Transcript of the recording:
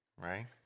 Right